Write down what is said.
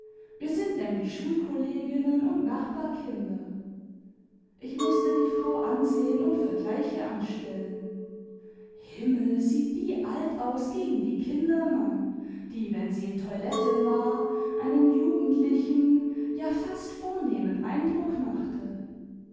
wir sind nämlich schulkolleginnen und nachbarkinder ich mußte die frau ansehen und vergleiche anstellen himmel sieht die alt aus gegen die kindermann die wenn sie in toilette war einen jugendlichen ja fast vornehmen eindruck machte